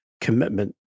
commitment